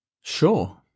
Sure